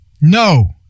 no